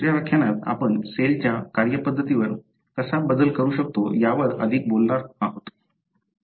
दुसऱ्या व्याख्यानात आपण सेलच्या कार्यपद्धतीवर कसा बदल करू शकतो यावर अधिक बद्दल बोलणार आहोत